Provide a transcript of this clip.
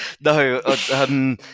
no